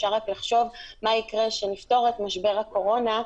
אפשר רק לחשוב מה יקרה כשנפתור את משבר הקורונה,